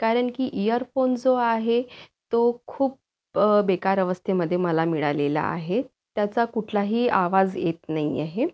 कारण की इयरफोन जो आहे तो खूप बेकार अवस्थेमध्ये मला मिळालेला आहे त्याचा कुठलाही आवाज येत नाही आहे